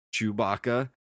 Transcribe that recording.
Chewbacca